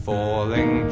Falling